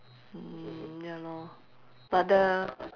mm ya lor but the